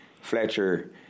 Fletcher